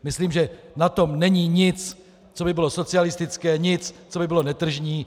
Myslím, že na tom není nic, co by bylo socialistické, nic, co by bylo netržní.